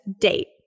date